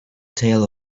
tale